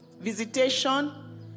visitation